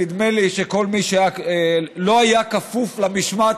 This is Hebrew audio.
נדמה לי שכל מי שלא היה כפוף למשמעת